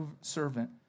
servant